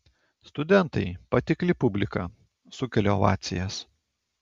studentai patikli publika sukelia ovacijas